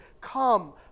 come